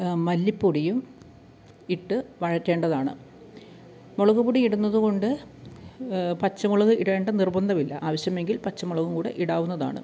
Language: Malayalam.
മല്ലിപ്പൊടിയും ഇട്ടു വഴറ്റേണ്ടതാണ് മുളകുപൊടി ഇടുന്നതുകൊണ്ട് പച്ചമുളക് ഇടേണ്ട നിർബന്ധമില്ല ആവശ്യമെങ്കിൽ പച്ചമുളകും കൂടി ഇടാവുന്നതാണ്